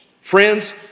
Friends